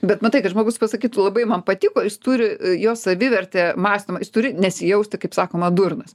bet matai kad žmogus pasakytų labai man patiko jis turi jo savivertę mąstymą jis turi nesijausti kaip sakoma durnas